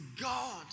God